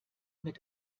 mit